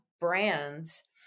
brands